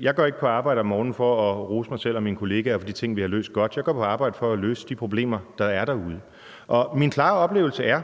Jeg går ikke på arbejde om morgenen for at rose mig selv og mine kollegaer for de ting, vi har løst godt. Jeg går på arbejde for at løse de problemer, der er derude, og min klare oplevelse er,